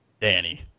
Danny